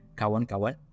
kawan-kawan